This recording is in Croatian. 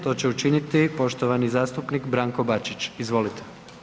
To će učiniti poštovani zastupnik Branko Bačić, izvolite.